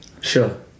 Sure